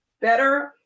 better